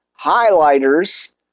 highlighters